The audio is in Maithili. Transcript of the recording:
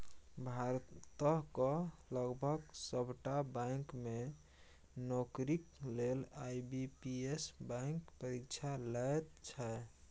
भारतक लगभग सभटा बैंक मे नौकरीक लेल आई.बी.पी.एस बैंक परीक्षा लैत छै